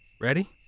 Ready